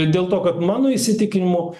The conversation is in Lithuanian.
dėl to kad mano įsitikinimu